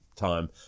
time